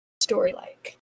story-like